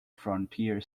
frontier